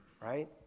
right